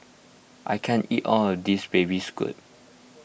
I can't eat all of this Baby Squid